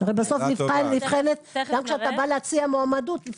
גם כשאתה בא להציע מועמדות,